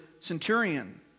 centurion